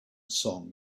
song